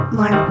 More